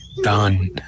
done